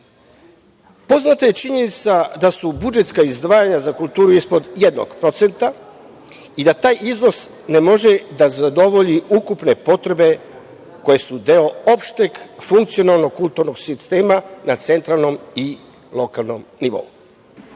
kulturi. Poznate je činjenica da su budžetska izdvajanja za kulturu ispod jednog procenta i da taj iznos ne može da zadovolji ukupne potrebe koje su deo opšteg funkcionalnog kulturnog sistema na centralnom i lokalnom nivou. Grad